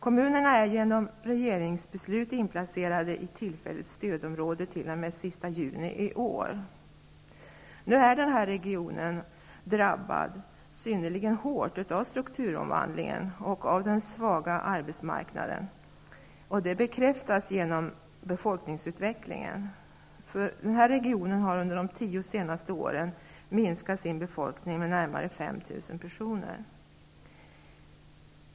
Kommunerna är genom regeringsbeslut inplacerade i ett tillfälligt stödområde t.o.m. den 30 juni i år. Regionen har drabbats synnerligen hårt av strukturomvandlingen och av den svaga arbetsmarknaden, och detta bekräftas genom befolkningsutvecklingen. Regionen har under de tio senaste åren minskat sin befolkning med närmare 5 000 personer.